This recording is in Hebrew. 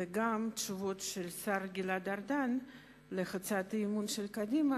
וגם התשובות של השר גלעד ארדן על הצעת האי-אמון של קדימה,